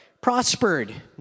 prospered